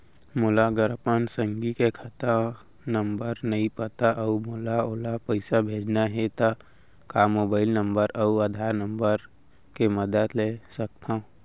मोला अगर अपन संगी के खाता नंबर नहीं पता अऊ मोला ओला पइसा भेजना हे ता का मोबाईल नंबर अऊ आधार नंबर के मदद ले सकथव?